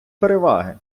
переваги